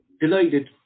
delighted